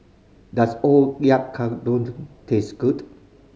does Oyakodon taste good